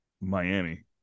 Miami